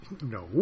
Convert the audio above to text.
No